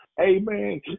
amen